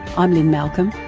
i'm lynne malcolm.